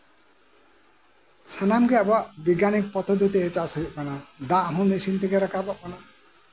ᱥᱟᱱᱟᱢᱜᱮ ᱵᱤᱜᱽᱜᱟᱱᱤᱠ ᱯᱚᱫᱽᱫᱷᱚᱛᱤ ᱛᱮ ᱪᱟᱥ ᱦᱩᱭᱩᱜ ᱠᱟᱱᱟ ᱫᱟᱜ ᱦᱚᱸ ᱢᱮᱥᱤᱱ ᱛᱮᱜᱮ ᱨᱟᱠᱟᱵᱚᱜ ᱠᱟᱱᱟ